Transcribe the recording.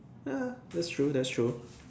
ya that's true that's true